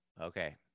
Okay